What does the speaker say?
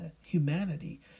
humanity